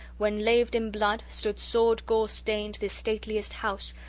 when, laved in blood, stood sword-gore-stained this stateliest house,